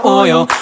oil